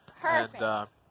Perfect